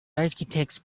architects